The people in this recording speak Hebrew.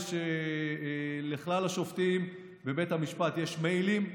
יש לכלל השופטים בבית המשפט מיילים,